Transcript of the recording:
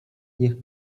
niech